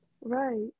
Right